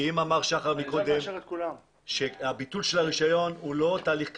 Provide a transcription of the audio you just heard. אמר שחר קודם שביטול הרישיון הוא לא תהליך קצר.